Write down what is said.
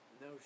No